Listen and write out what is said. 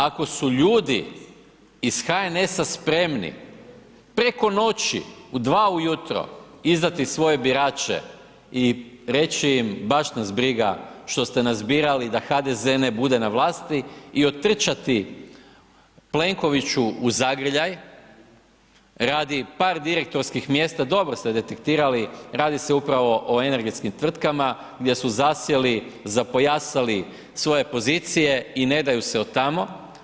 Ako su ljudi iz HNS-a spremni preko noći, u 2 ujutro izdati svoje birače i reći im baš nas briga što ste nas birali da HDZ ne bude na vlasti i otrčati Plenkoviću u zagrljaj radi par direktorskih mjesta, dobro ste detektirali, radi se upravo o energetskim tvrtkama gdje su zasjeli, zapojasali svoje pozicije i ne daju se od tamo.